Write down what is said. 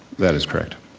that is correct.